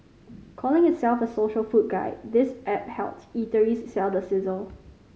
calling itself a social food guide this app helps eateries sell the sizzle